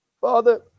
Father